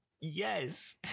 Yes